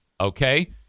Okay